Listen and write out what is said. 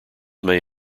may